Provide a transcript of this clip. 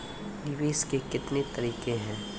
निवेश के कितने तरीका हैं?